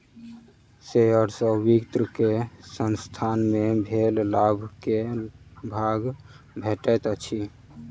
share सॅ व्यक्ति के संसथान मे भेल लाभ के भाग भेटैत अछि